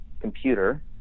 computer